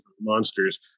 Monsters